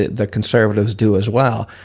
the conservatives do as well.